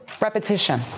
Repetition